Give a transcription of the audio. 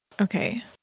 Okay